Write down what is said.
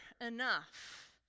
enough